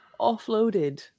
offloaded